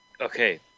Okay